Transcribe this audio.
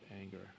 anger